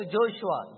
Joshua